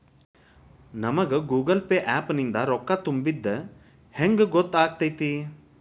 ನಮಗ Google Pay app ನಿಂದ ರೊಕ್ಕಾ ತುಂಬಿದ್ದ ಹೆಂಗ್ ಗೊತ್ತ್ ಆಗತೈತಿ?